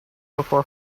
before